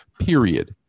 period